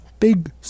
Big